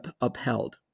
upheld